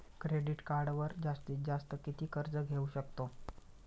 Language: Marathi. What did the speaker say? क्रेडिट कार्डवर जास्तीत जास्त किती कर्ज घेऊ शकतो?